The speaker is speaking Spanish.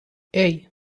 hey